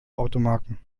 automarken